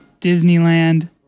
Disneyland